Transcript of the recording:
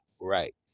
right